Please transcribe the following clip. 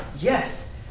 Yes